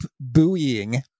buoying